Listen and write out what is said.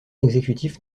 exécutif